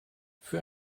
für